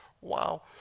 wow